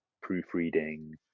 proofreading